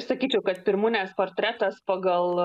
sakyčiau kad pirmūnės portretas pagal